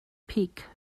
peak